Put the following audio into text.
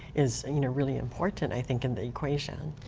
is you know really important i think in the equation.